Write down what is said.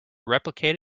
replicate